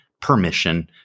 permission